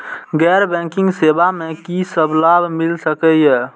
गैर बैंकिंग सेवा मैं कि सब लाभ मिल सकै ये?